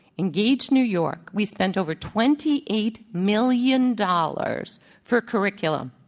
engage new york, we spent over twenty eight million dollars for curriculum.